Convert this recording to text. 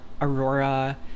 Aurora